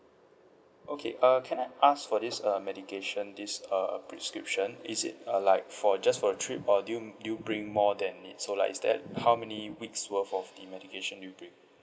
okay uh can I ask for this uh medication this uh prescription is it uh like for just for a trip or do you do you bring more than it so like is that how many weeks worth of the medication did you bring